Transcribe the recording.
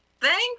Thank